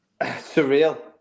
Surreal